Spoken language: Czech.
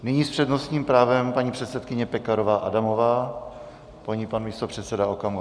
Nyní s přednostním právem paní předsedkyně Pekarová Adamová, po ní pan místopředseda Okamura.